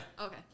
Okay